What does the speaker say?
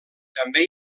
també